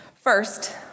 First